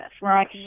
right